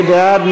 מי בעד?